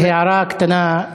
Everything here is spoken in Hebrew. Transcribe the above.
הערה קטנה,